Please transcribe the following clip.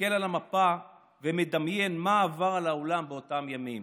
מסתכל על המפה ומדמיין מה עבר על העולם באותם ימים.